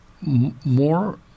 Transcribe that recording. more